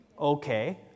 okay